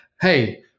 Hey